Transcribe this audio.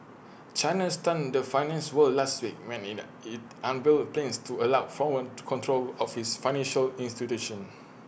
China stunned the finance world last week when IT in unveiled plans to allow foreign to control of its financial